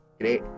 great